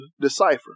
decipher